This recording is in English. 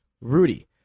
Rudy